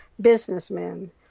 businessmen